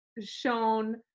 shown